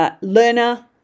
learner